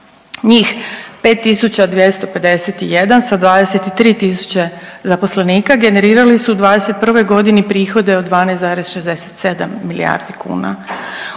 njih 5.251 sa 23 tisuće zaposlenika generirali su u '21. godini prihode od 12,67 milijardi kuna.